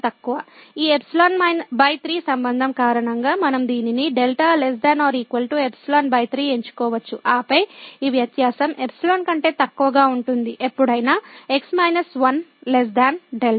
ఈϵ3సంబంధం కారణంగా మనం దీనిని δ ≤ ϵ3 ఎంచుకోవచ్చు ఆపై ఈ వ్యత్యాసం ϵ కంటే తక్కువగా ఉంటుంది ఎప్పుడైనా | x 1 | δ